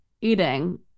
eating